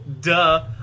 duh